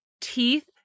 teeth